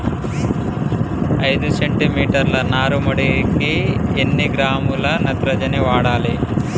ఐదు సెంటిమీటర్ల నారుమడికి ఎన్ని కిలోగ్రాముల నత్రజని వాడాలి?